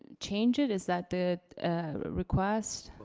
and change it, is that the request?